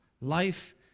Life